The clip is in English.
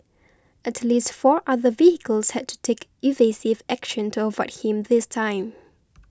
at least four other vehicles had to take evasive action to avoid him this time